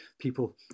people